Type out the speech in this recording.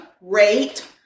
rate